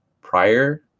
prior